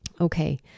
Okay